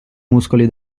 muscoli